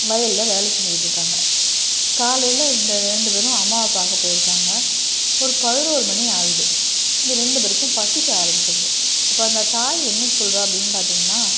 வயலில் வேலை செஞ்சிகிட்டு இருக்காங்க காலையில இந்த ரெண்டு பேரும் அம்மாவை பார்க்க போயிருக்காங்க ஒரு பதினோரு மணி ஆகுது இந்த ரெண்டு பேருக்கும் பசிக்க ஆரம்பிச்சிருது இப்போ அந்த தாய் என்ன சொல்கிறா அப்படினு பார்த்திங்கனா